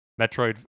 metroid